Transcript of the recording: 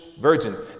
virgins